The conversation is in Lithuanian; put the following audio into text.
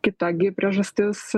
kita gi priežastis